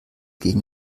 gegen